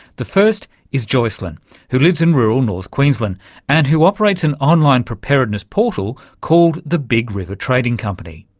the first is joycelyn who lives in rural north queensland and who operates an online preparedness portal called the big river trading company.